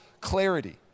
clarity